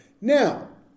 Now